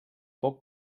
poc